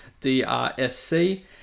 D-R-S-C